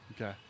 Okay